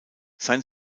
sein